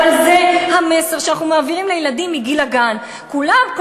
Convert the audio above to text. אבל זה המסר שאנחנו מעבירים לילדים מגיל הגן: כולם,